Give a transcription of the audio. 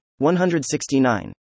169